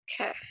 okay